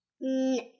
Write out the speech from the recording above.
No